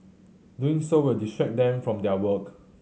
doing so will distract them from their work